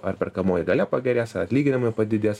ar perkamoji galia pagerės ar atlyginimai padidės